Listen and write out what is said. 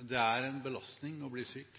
Det er en belastning å bli syk,